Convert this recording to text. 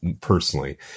personally